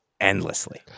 Endlessly